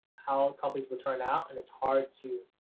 how companies will turn out, and it's hard to,